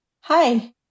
Hi